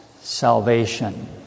salvation